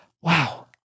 wow